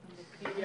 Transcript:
מאי,